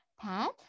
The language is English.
pat